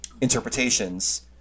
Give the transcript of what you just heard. interpretations